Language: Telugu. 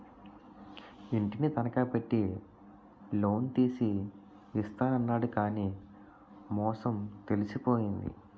ఇంటిని తనఖా పెట్టి లోన్ తీసి ఇస్తాను అన్నాడు కానీ మోసం తెలిసిపోయింది